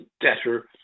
debtor